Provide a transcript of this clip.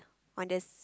on the